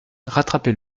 rattrapez